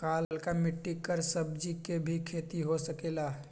का लालका मिट्टी कर सब्जी के भी खेती हो सकेला?